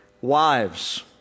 Wives